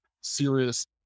serious